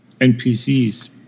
NPCs